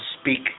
speak